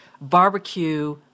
barbecue